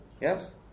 Yes